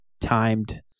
timed